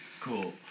cool